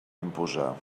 imposar